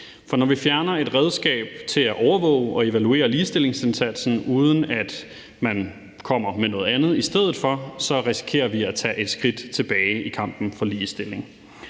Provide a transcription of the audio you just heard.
For når vi fjerner et redskab til at overvåge og evaluere ligestillingsindsatsen, uden at man kommer med noget andet i stedet for, så risikerer vi at tage et skridt tilbage i kampen for ligestilling.